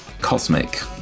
Cosmic